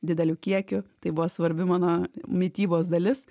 dideliu kiekiu tai buvo svarbi mano mitybos dalis